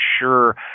sure